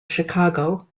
chicago